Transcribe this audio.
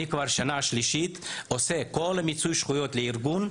זו כבר השנה השלישית שאני עושה את כל מיצוי הזכויות בארגון,